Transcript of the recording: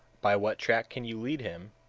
by what track can you lead him,